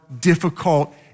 difficult